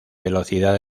velocidad